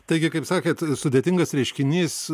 taigi kaip sakėt sudėtingas reiškinys